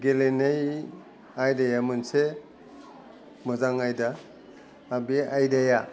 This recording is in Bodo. गेलेनाय आयदाया मोनसे मोजां आयदा बे आयदाया